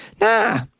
Nah